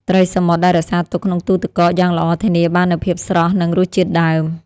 ត្រីសមុទ្រដែលរក្សាទុកក្នុងទឹកកកយ៉ាងល្អធានាបាននូវភាពស្រស់ និងរសជាតិដើម។